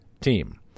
team